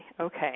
Okay